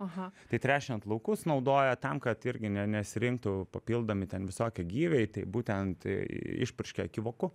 aha tai tręšiant laukus naudoja tam kad irgi ne nesirinktų papildomi ten visokie gyviai tai būtent išpurškia akivoku